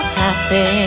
happy